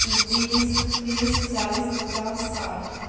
बीस तीस चालीस पचास साठि